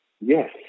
Yes